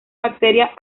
bacteria